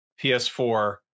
PS4